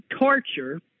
torture